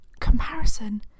Comparison